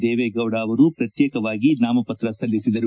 ದೇವೇಗೌಡ ಅವರು ಪ್ರತ್ಯೇಕವಾಗಿ ನಾಮಪತ್ರ ಸಲ್ಲಿಸಿದರು